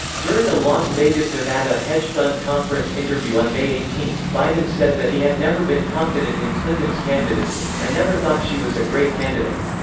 during a las vegas, nevada hedge fund conference interview on may eighteen, biden said that he had never been confident in clinton's candidacy i never thought she was a great candidate.